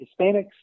Hispanics